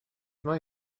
mae